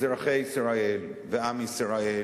אזרחי ישראל ועם ישראל.